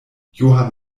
johann